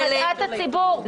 את מטעה את הציבור.